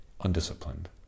undisciplined